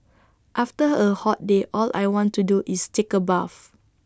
after A hot day all I want to do is take A bath